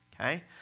Okay